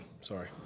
Sorry